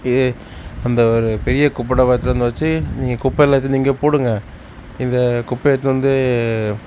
யி அந்த ஒரு பெரிய குப்பை டப்பா எடுத்துட்டு வந்து வச்சு நீங்கள் குப்பை எல்லாத்தையும் இங்கே போடுங்கள் இந்த குப்பையை எடுத்துன்னு வந்து